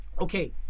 Okay